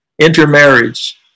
intermarriage